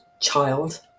child